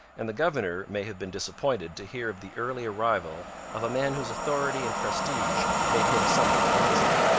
and the governor may have been disappointed to hear of the early arrival of a man whose authority and prestige made him somewhat uneasy.